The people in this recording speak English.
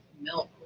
milk